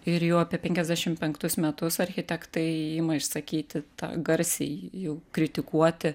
ir jau apie penkiasdešim penktus metus architektai ima išsakyti garsiai jau kritikuoti